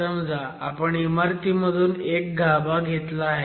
समजा आपण इमारतीमधून एक गाभा घेतला आहे